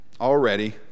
already